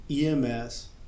EMS